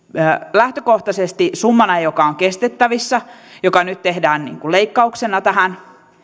lähtökohtaisesti summana joka on kestettävissä joka nyt tehdään niin kuin leikkauksena tähän